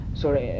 sorry